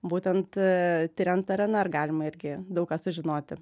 būtent tiriant rnr galima irgi daug ką sužinoti